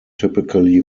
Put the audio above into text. typically